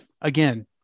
Again